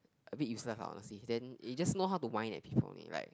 a bit useless lah honestly then it just know how to whine at people only like